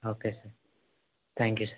okay thank you sir